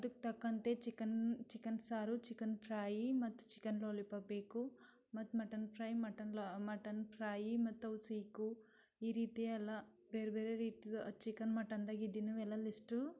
ಅದಕ್ಕೆ ತಕ್ಕಂತೆ chicken chicken ಸಾರು ಚಿಕನ್ ಫ್ರಾಯಿ ಮತ್ತು ಚಿಕನ್ ಲಾಲಿ ಪಾಪ್ ಬೇಕು ಮತ್ತು mutton fry mutton mutton fry ಮತ್ತವು ಸೀಖು ಈ ರೀತಿಯೆಲ್ಲಾ ಬೇರೆ ಬೇರೆ ರೀತಿಯ ಚಿಕನ್ ಮಟನ್ದಾಗ ಇದ್ದಿದ್ದವು ಎಲ್ಲ ಲಿಸ್ಟು